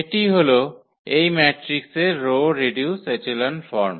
এটি হল এই ম্যাট্রিক্সের রো রিডিউস এচেলন ফর্ম